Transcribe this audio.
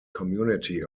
community